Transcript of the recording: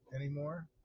anymore